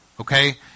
Okay